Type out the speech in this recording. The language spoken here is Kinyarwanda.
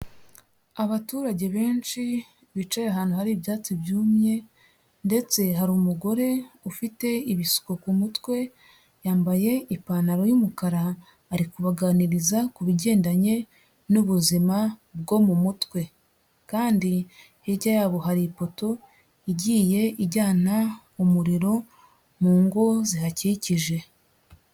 Abaturage benshi bicaye ahantu hari ibyatsi byumye ndetse hari umugore ufite ibisuko ku mutwe yambaye ipantaro y'umukara ari kubabaganiriza ku bigendanye n'ubuzima bwo mu mutwe kandi hirya yabo hari ipoto igiye ijyana umuriro mu ngo zihakikije.